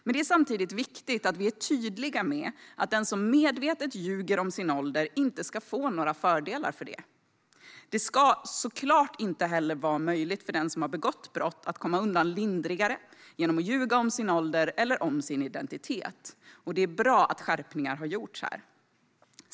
Men det är samtidigt viktigt att vi är tydliga med att den som medvetet ljuger om sin ålder inte ska få några fördelar för det. Det ska såklart inte heller vara möjligt för den som har begått brott att komma undan lindrigare genom att ljuga om sin ålder eller om sin identitet, och det är bra att skärpningar har gjorts här.